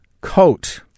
coat